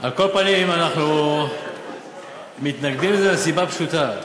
על כל פנים, אנחנו מתנגדים לזה מסיבה פשוטה.